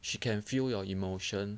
she can feel your emotion